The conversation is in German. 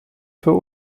für